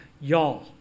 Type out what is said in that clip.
y'all